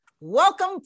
welcome